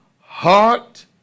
heart